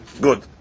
Good